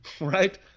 right